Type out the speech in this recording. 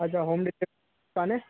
अछा home delivery कान्हे